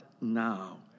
now